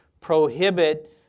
prohibit